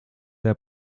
der